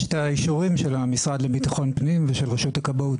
יש את האישורים של המשרד לביטחון הפנים ושל רשות הכבאות,